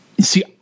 See